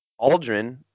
Aldrin